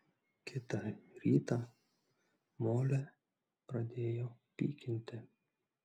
kitą rytą molę pradėjo pykinti